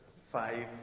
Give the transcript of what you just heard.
five